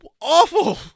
awful